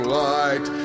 light